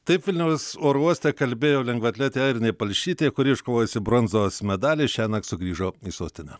taip vilniaus oro uoste kalbėjo lengvaatletė airinė palšytė kuri iškovojusi bronzos medalį šiąnakt sugrįžo į sostinę